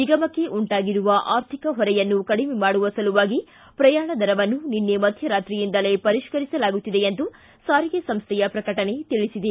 ನಿಗಮಕ್ಕೆ ಉಂಟಾಗಿರುವ ಆರ್ಥಿಕ ಹೊರೆಯನ್ನು ಕಡಿಮೆ ಮಾಡುವ ಸಲುವಾಗಿ ಪ್ರಯಾಣ ದರವನ್ನು ನಿನ್ನೆ ಮಧ್ಯ ರಾತ್ರಿಯಿಂದಲೇ ಪರಿಷ್ಠರಿಸಲಾಗುತ್ತಿದೆ ಎಂದು ಸಾರಿಗೆ ಸಂಸ್ಥೆಯ ಪ್ರಕಟಣೆ ತಿಳಿಸಿದೆ